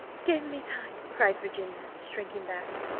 give me time, cried virginia, shrinking back.